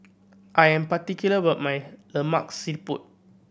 I am particular about my Lemak Siput